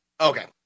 Okay